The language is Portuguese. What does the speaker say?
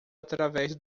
através